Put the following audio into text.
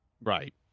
Right